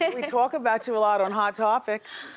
and we talk about you a lot on hot topics.